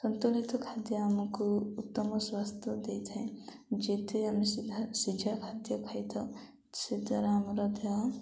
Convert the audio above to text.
ସନ୍ତୁଳିତ ଖାଦ୍ୟ ଆମକୁ ଉତ୍ତମ ସ୍ୱାସ୍ଥ୍ୟ ଦେଇଥାଏ ଯେଥିରେ ଆମେ ସିଝା ଖାଦ୍ୟ ଖାଇଥାଉ ସେଦ୍ଵାରା ଆମର ଦେହ